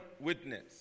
witness